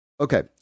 okay